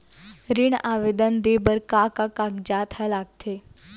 ऋण आवेदन दे बर का का कागजात ह लगथे?